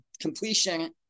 completion